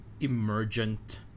emergent